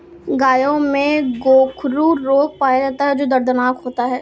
गायों में गोखरू रोग पाया जाता है जो दर्दनाक होता है